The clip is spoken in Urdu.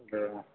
اچھا